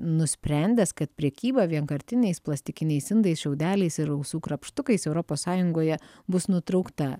nusprendęs kad prekyba vienkartiniais plastikiniais indais šiaudeliais ir ausų krapštukais europos sąjungoje bus nutraukta